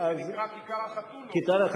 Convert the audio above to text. זה נקרא "כיכר החתולות".